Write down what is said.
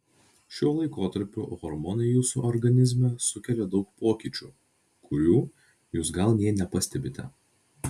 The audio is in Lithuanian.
šiuo laikotarpiu hormonai jūsų organizme sukelia daug pokyčių kurių jūs gal nė nepastebite